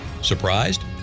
Surprised